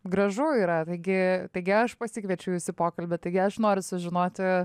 gražu yra taigi taigi aš pasikviečiau jus į pokalbį taigi aš noriu sužinoti